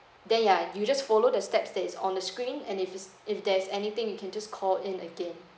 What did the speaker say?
then ya you just follow the steps that is on the screen and if if there's anything you can just call in again